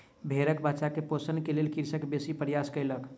भेड़क बच्चा के पोषण के लेल कृषक बेसी प्रयास कयलक